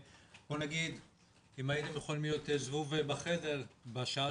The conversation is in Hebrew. אם הייתם יכולים להיות זבוב בחדר בשעה